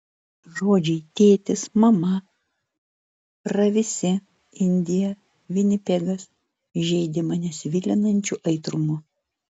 žodžiai tėtis mama ravisi indija vinipegas žeidė mane svilinančiu aitrumu